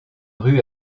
rue